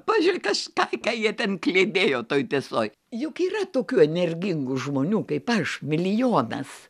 pažiūri kažką ką jie ten kliedėjo toj tiesoj juk yra tokių energingų žmonių kaip aš milijonas